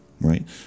right